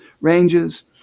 ranges